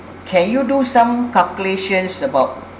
can you do some calculations about